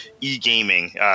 e-gaming